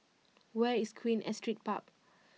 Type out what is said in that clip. where is Queen Astrid Park